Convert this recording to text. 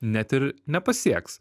net ir nepasieks